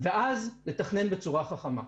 ואז לתכנן בצורה חכמה.